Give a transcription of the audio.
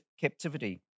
captivity